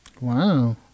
Wow